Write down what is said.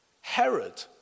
herod